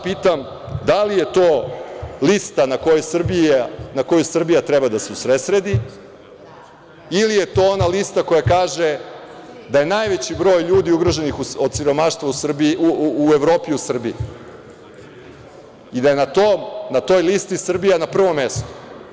Pitam vas da li je to lista na koju Srbija treba da se usredsredi ili je to ona lista koja kaže da je najveći broj ljudi ugroženih od siromaštva u Evropi u Srbiji, i da je na toj listi Srbija na prvom mestu?